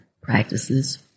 practices